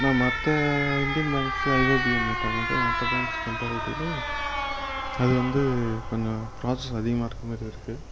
ஆனால் மற்ற Indian banks ஐஓபியை வந்து பார்க்குறப்ப மற்ற பேங்க்ஸ் கம்ப்பேரிட்டிவ்லி அது வந்து கொஞ்சம் ப்ராஸஸ் அதிகமாக இருக்கற மாதிரி இருக்குது